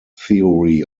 theory